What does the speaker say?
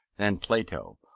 than plato,